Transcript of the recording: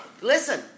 listen